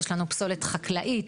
יש פסולת חקלאית,